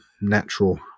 natural